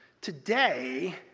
Today